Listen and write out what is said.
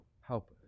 Help